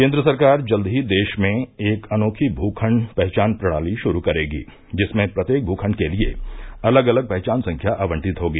केंद्र सरकार जल्द ही देश में एक अनोखी भूखंड पहचान प्रणाली शुरू करेगी जिसमें प्रत्येक भूखंड के लिए अलग अलग पहचान संख्या आवटित होगी